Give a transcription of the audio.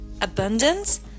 abundance